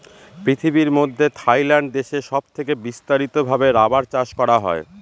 পৃথিবীর মধ্যে থাইল্যান্ড দেশে সব থেকে বিস্তারিত ভাবে রাবার চাষ করা হয়